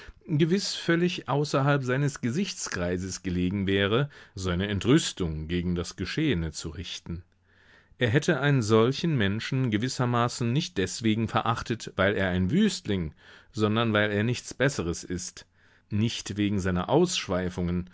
gewiß völlig außerhalb seines gesichtskreises gelegen wäre seine entrüstung gegen das geschehene zu richten er hätte einen solchen menschen gewissermaßen nicht deswegen verachtet weil er ein wüstling sondern weil er nichts besseres ist nicht wegen seiner ausschweifungen